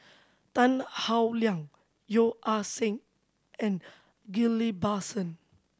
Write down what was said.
Tan Howe Liang Yeo Ah Seng and Ghillie Basan